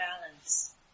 balance